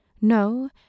No